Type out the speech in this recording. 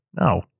no